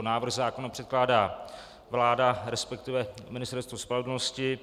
Návrh zákona předkládá vláda, resp. Ministerstvo spravedlnosti.